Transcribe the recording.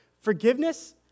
Forgiveness